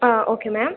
ಹಾಂ okay ma'am